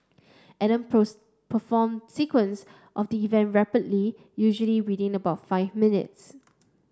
Adam perform sequence of the events rapidly usually within about five minutes